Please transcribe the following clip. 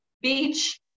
beach